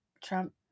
Trump